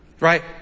Right